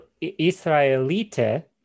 Israelite